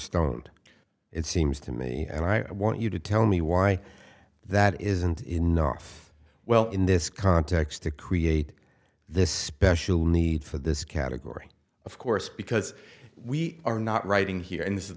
stoned it seems to me and i want you to tell me why that isn't enough well in this context to create this special need for this category of course because we are not writing here and this is